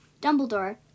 Dumbledore